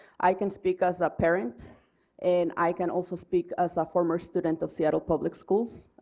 i can speak as a parent and i can also speak as a former student of seattle public schools.